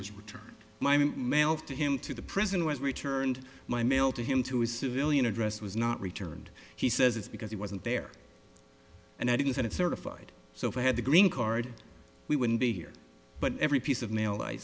was returned my mail to him to the prison was returned my mail to him to his civilian address was not returned he says it's because he wasn't there and you said it's certified so if i had the green card we wouldn't be here but every piece of mail i